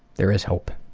there is hope.